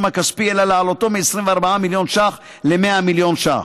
הכספי אלא להעלותו מ-24 מיליון ש"ח ל-100 מיליון ש"ח.